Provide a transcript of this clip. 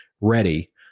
ready